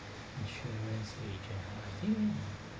insurance agent I think